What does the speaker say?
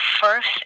first